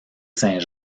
saint